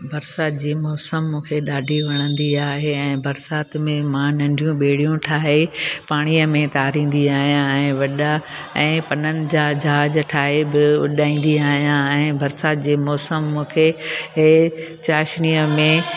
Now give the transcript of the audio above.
बरसाति जी मौसमु मूंखे ॾाढी वणंदी आहे ऐं बरसाति में मां नंढियूं बेड़ियूं ठाहे पाणीअ में तारींदी आहियां ऐं वॾा ऐं पननि जा जहाज ठाहे बि उॾाईंदी आहियां ऐं बरसाति जे मौसमु मूंखे हे चासिनीअ में